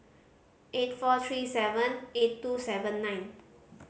eight four three seven eight two seven nine